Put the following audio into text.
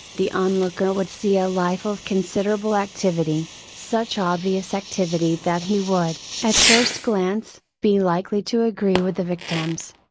the onlooker would see a life of considerable activity, such obvious activity that he would, at first glance, be likely to agree with the victims.